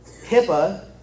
HIPAA